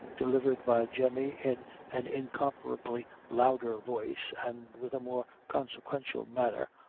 delivered by jemmy in an incomparably louder voice, and with a more consequential manner,